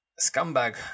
scumbag